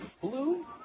blue